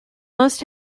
must